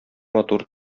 матур